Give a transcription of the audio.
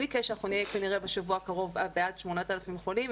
בלי קשר אנחנו נהיה כנראה בשבוע הקרוב בעד 8,000 חולים.